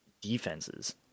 defenses